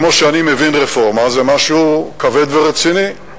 כמו שאני מבין רפורמה, זה משהו כבד ורציני.